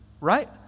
right